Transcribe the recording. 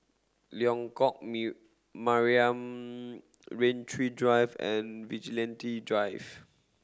Lengkok Mariam Rain Tree Drive and Vigilante Drive